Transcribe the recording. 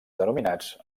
denominats